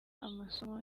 amasomo